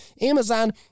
Amazon